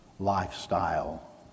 lifestyle